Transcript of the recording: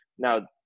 Now